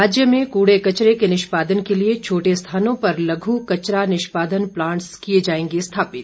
राज्य में कूड़े कचरे के निष्पादन के लिए छोटे स्थानों पर लघु कचरा निष्पादन प्लांटस किए जाएंगे स्थापित